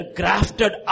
grafted